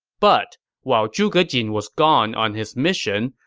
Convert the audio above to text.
but while zhuge jin was gone on his mission,